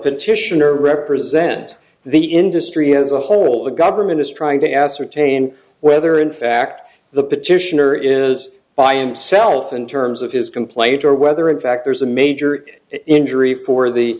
petitioner represent the industry as a whole the government is trying to ascertain whether in fact the petitioner is by him self in terms of his complaint or whether in fact there's a major injury for the